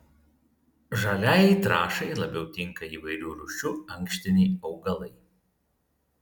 žaliajai trąšai labiau tinka įvairių rūšių ankštiniai augalai